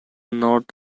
north